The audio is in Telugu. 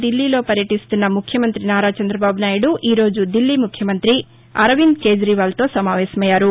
ధిల్లీ లో పర్యటిస్తున్న ముఖ్యమంతి నారా చంద్రబాబు నాయుడు ఈ రోజు ఢిల్లీ ముఖ్యమంతి అరవింద్ క్నేజీవాల్ తో సమావేశమైనారు